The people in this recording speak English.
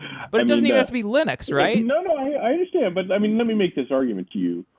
but it doesn't even have to be linux, right? no. no. i understand. but let me let me make this argument to you,